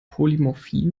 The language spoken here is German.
polymorphie